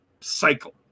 cycle